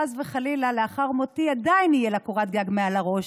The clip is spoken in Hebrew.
חס וחלילה עדיין יהיה לה גג מעל הראש,